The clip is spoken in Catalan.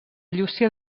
llúcia